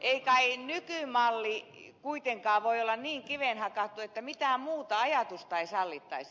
ei kai nykymalli kuitenkaan voi olla niin kiveen hakattu että mitään muuta ajatusta ei sallittaisi